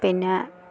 പിന്നെ